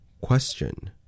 Question